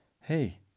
hey